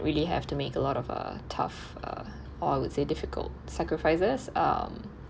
really have to make a lot of uh tough uh or I would say difficult sacrifices um